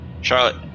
Charlotte